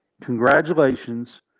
congratulations